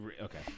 Okay